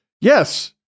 Yes